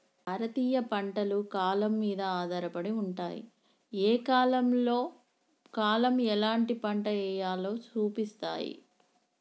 భారతీయ పంటలు కాలం మీద ఆధారపడి ఉంటాయి, ఏ కాలంలో కాలం ఎలాంటి పంట ఎయ్యాలో సూపిస్తాయి